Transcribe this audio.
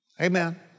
Amen